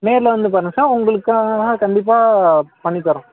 நேரில் வந்து பாருங்கள் சார் உங்களுக்காக கண்டிப்பாக பண்ணித் தர்றோம்